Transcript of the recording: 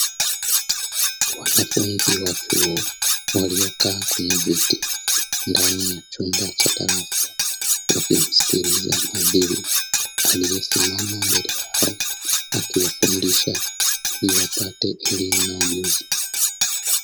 Wanafunzi wa chuo waliokaa kwenye viti ndani ya chumba cha darasa wakimsikiliza mhadhiri aliyesimama mbele yao, akiwafundisha ili wapate elimu na ujuzi